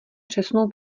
přesnou